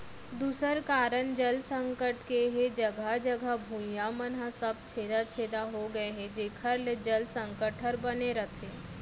दूसर कारन जल संकट के हे जघा जघा भुइयां मन ह सब छेदा छेदा हो गए हे जेकर ले जल संकट हर बने रथे